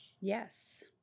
yes